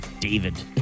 David